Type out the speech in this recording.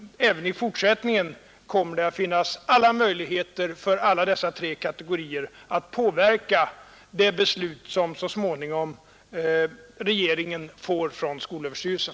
Även i fortsättningen kommer det att finnas möjligheter för alla dessa tre kategorier att påverka det förslag som regeringen så småningom skall få från skolöverstyrelsen.